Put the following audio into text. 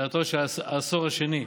בתחילתו של העשור השני.